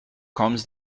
comes